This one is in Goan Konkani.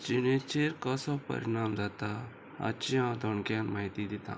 जिणेचेर कसो परिणाम जाता हाची हांव थोडक्यान म्हायती दितां